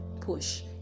push